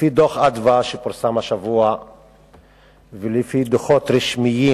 לפי דוח "מרכז אדוה" שפורסם השבוע ולפי דוחות רשמיים